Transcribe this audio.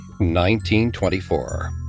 1924